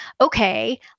okay